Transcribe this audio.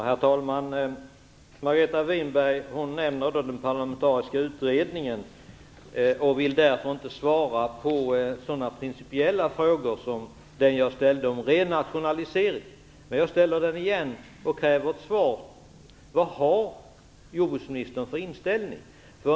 Herr talman! Margareta Winberg talade om den parlamentariska utredningen. Hon ville därför inte svara på några principiella frågor av det slaget som jag ställde om renationalisering. Jag ställer frågan igen och kräver ett svar: Vad har jordbruksministern för inställning?